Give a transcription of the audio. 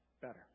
better